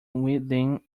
within